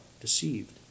deceived